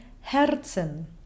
herzen